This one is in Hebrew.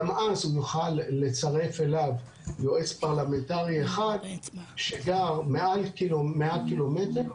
גם אז הוא יוכל לצרף אליו יועץ פרלמנטרי אחד שגר מעל 100 ק"מ,